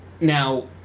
Now